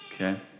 okay